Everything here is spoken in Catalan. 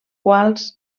quals